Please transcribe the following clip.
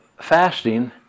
fasting